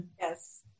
yes